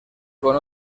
con